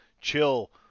chill